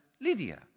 Lydia